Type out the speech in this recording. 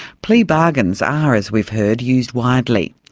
plea bargains are, as we've heard, used widely,